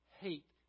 hate